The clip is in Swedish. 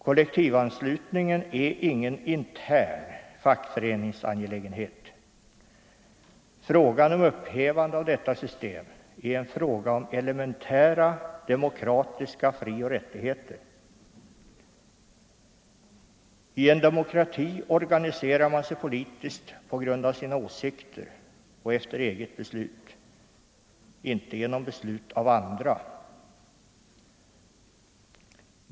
Kollektivanslutningen är ingen intern fackföreningsangelägenhet. Frågan om upphävande av detta system är en fråga om elementära demokratiska frioch rättigheter. I en demokrati organiserar man sig politiskt på grundval av sina åsikter och efter eget beslut — inte genom beslut av andra.